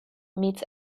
meets